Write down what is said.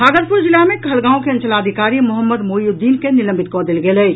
भागलपुर जिला मे कहलगांव के अंचलाधिकारी मोहम्मद मोईउद्दीन के निलंबित कऽ देल गेल अछि